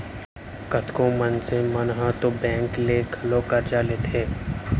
कतको मनसे मन ह तो बेंक ले घलौ करजा लेथें